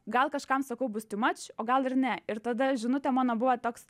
gal kažkam sakau bus tiu mač o gal ir ne ir tada žinutė mano buvo toks